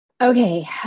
Okay